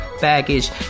baggage